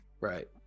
Right